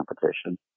Competition